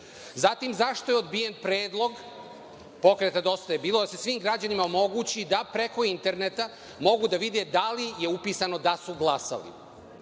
zašto je odbijen predlog Pokreta „Dosta je bilo“ da se svim građanima omogući da preko interneta mogu da vide da li je upisano da su glasali?